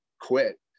quit